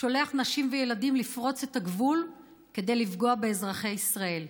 שולח נשים וילדים לפרוץ את הגבול כדי לפגוע באזרחי ישראל,